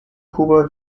kuba